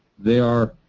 they are